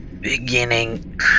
Beginning